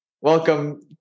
Welcome